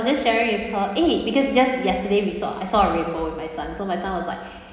was just sharing with her eh because just yesterday we saw I saw a rainbow with my son so my son was like